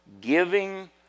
Giving